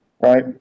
right